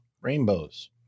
Rainbows